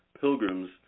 pilgrims